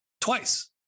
twice